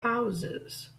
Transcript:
houses